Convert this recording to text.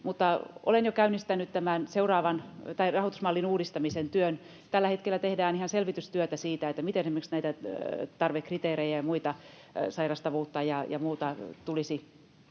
olen jo käynnistänyt tämän rahoitusmallin uudistamisen työn. Tällä hetkellä tehdään ihan selvitystyötä siitä, miten esimerkiksi näitä tarvekriteerejä ja muita, sairastavuutta ja muuta, tulisi